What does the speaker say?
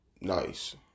nice